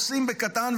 עושים בקטן,